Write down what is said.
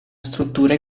struttura